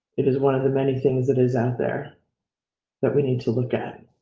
it is one of the many things that is out there that we need to look at.